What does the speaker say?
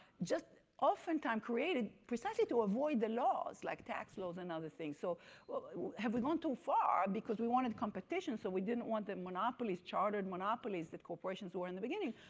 just often times created precisely to avoid the laws, like tax laws and other things. so have we gone too far? because we wanted competition, so we didn't want the monopolies, chartered monopolies that corporations were in the beginning.